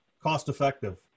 cost-effective